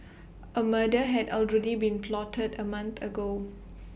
A murder had already been plotted A month ago